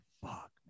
fuck